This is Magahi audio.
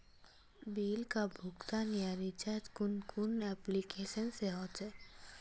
बिल का भुगतान या रिचार्ज कुन कुन एप्लिकेशन से होचे?